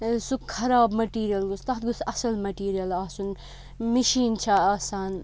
سُہ خراب مٔٹیٖریَل گوٚژھ تَتھ گوٚژھ اَصٕل مٔٹیٖریَل آسُن مِشیٖن چھےٚ آسان